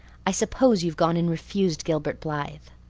i suppose you've gone and refused gilbert blythe.